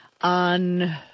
on